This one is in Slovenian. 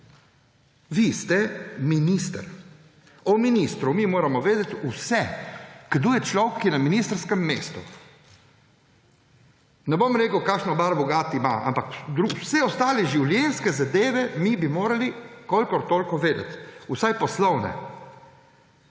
Vi ste minister. O ministru moramo mi vedeti vse, kdo je človek, ki je na ministrskem mestu. Ne bom rekel, kakšno barvo gat ima, ampak vse ostale življenjske zadeve bi morali mi kolikor toliko vedeti. Vsaj poslovne.